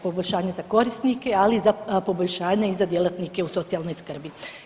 Poboljšanje za korisnike ali i poboljšanje za djelatnike u socijalnoj skrbi.